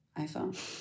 iphone